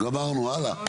גמרנו, הלאה.